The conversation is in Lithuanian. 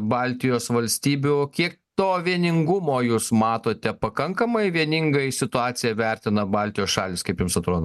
baltijos valstybių o kiek to vieningumo jūs matote pakankamai vieningai situaciją vertina baltijos šalys kaip jums atrodo